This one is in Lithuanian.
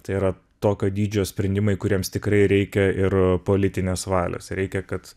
tai yra tokio dydžio sprendimai kuriems tikrai reikia ir politinės valios reikia kad